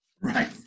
right